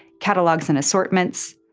catalogs and assortments,